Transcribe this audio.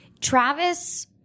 Travis